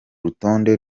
rutonde